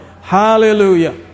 Hallelujah